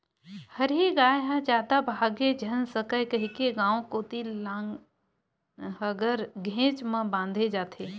हरही गाय ह जादा भागे झन सकय कहिके गाँव कोती लांहगर घेंच म बांधे जाथे